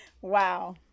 wow